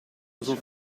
alsof